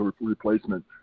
replacement